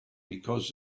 because